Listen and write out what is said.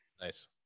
Nice